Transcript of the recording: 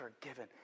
forgiven